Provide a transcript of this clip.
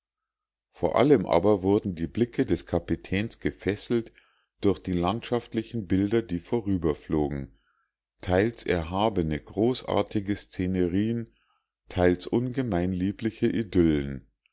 vor allem aber wurden die blicke des kapitäns gefesselt durch die landschaftlichen bilder die vorüberflogen teils erhabene großartige szenerien teils ungemein liebliche idyllen